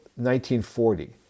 1940